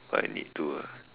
but I need to ah